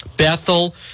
Bethel